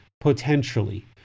potentially